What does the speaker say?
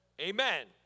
Amen